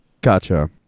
Gotcha